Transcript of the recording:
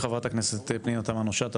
תודה רבה לחברת הכנסת פנינה תמנו- שטה,